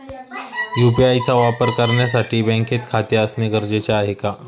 UPI चा वापर करण्यासाठी बँकेत खाते असणे गरजेचे आहे का?